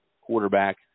quarterback